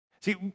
See